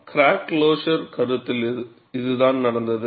crack closure கருத்தில் இதுதான் நடந்தது